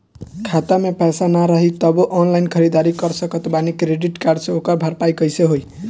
खाता में पैसा ना रही तबों ऑनलाइन ख़रीदारी कर सकत बानी क्रेडिट कार्ड से ओकर भरपाई कइसे होई?